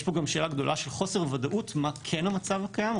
יש פה גם שאלה גדולה של חוסר ודאות מה כן המצב הקיים.